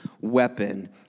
weapon